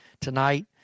tonight